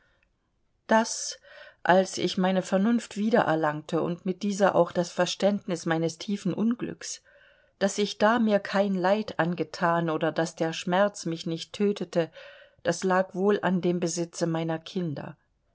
daß als ich meine vernunft wieder erlangte und mit dieser auch das verständnis meines tiefen unglücks daß ich da mir kein leid angethan oder daß der schmerz mich nicht tötete das lag wohl an dem besitze meiner kinder